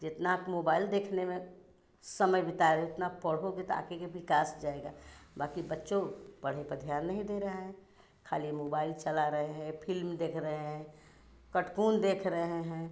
जितना आप मोबाइल देखने में समय बिता रहे उतना पढ़ोगे तो आगे के विकास जाएगा बाक़ी बच्चों पढ़े पर ध्यान नहीं दे रहे हैं ख़ाली मोबाइल चला रहे हैं फिल्म देख रहे हैं कटकून देख रहे हैं